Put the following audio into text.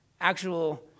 actual